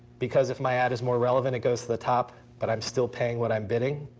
because if my ad is more relevant, it goes to the top, but i'm still paying what i'm bidding.